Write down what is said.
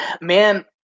man